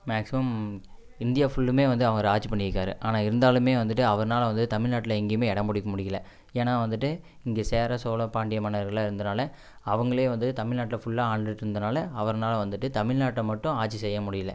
maximum India ஃபுல்லுமே வந்து அவர் ஆட்சி பண்ணிருக்காரு ஆனால் இருந்தாலுமே வந்துட்டு அவர்னால வந்து தமிழ்நாட்டில் எங்கேயுமே இடம் பிடிக்க முடியல ஏன்னா வந்துட்டு இங்கே சேர சோழ பாண்டிய மன்னர்கள்லாம் இருந்தனால் அவங்களே வந்து தமிழ்நாட்டில் ஃபுல்லா ஆண்டுட்டு இருந்தனால் அவர்னால் வந்துட்டு தமிழ்நாட்டை மட்டும் ஆட்சி செய்ய முடியல